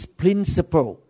principle